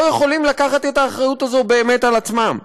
יכולים לקחת את האחריות הזאת באמת על עצמם.